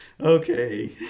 Okay